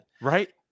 Right